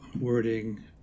wording